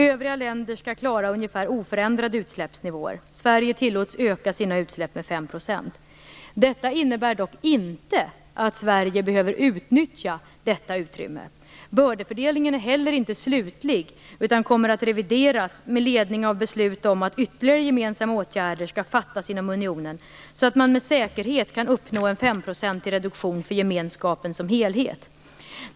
Övriga länder skall klara ungefär oförändrade utsläppsnivåer. Sverige tillåts öka sina utsläpp med 5 %. Detta innebär dock inte att Sverige behöver utnyttja detta utrymme. Bördefördelningen är heller inte slutlig utan kommer att revideras med ledning av beslut om att ytterligare gemensamma åtgärder skall fattas inom unionen, så att man med säkerhet kan uppnå en femtonprocentig reduktion för gemenskapen som helhet.